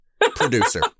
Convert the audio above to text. producer